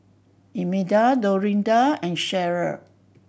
Imelda Dorinda and Sheryl